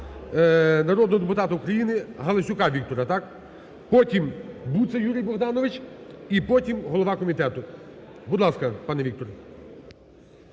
народного депутата України Галасюка Віктора. Так? Потім – Буца Юрій Богданович і потім – голова комітету. Будь ласка, пане Віктор.